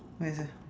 nice ah